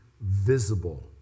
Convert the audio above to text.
visible